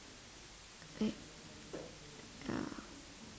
like uh